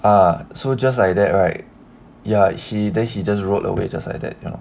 ah so just like that right ya he then he just rode away just like that you know